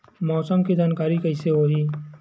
मौसम के जानकारी कइसे होही?